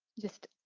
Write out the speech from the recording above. just